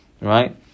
Right